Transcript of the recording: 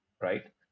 right